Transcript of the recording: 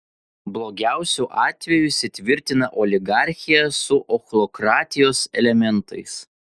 blogiausiu atveju įsitvirtina oligarchija su ochlokratijos elementais